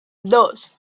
dos